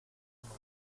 madre